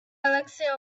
elixir